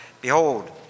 Behold